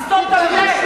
תודה.